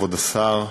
כבוד השר,